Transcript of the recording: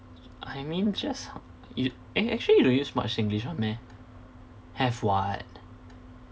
I mean just y~ eh actually you use much singlish [one] meh have [what]